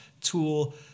tool